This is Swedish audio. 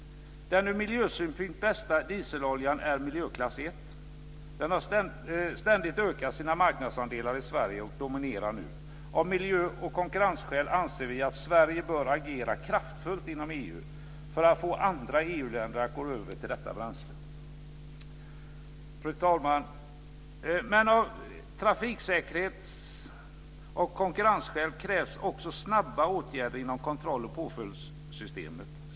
Den ur miljösynpunkt bästa dieseloljan är miljöklass 1. Den har ständigt ökat sina marknadsandelar i Sverige och dominerar nu. Av miljö och konkurrensskäl anser vi att Sverige bör agera kraftfullt inom EU för att få andra EU länder att gå över till detta bränsle. Fru talman! Av trafiksäkerhets och konkurrensskäl krävs också snabba åtgärder inom kontrolloch påföljdssystemet.